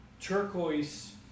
turquoise